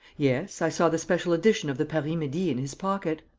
yes. i saw the special edition of the paris-midi in his pocket.